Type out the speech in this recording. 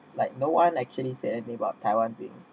like no one actually said anything about taiwan being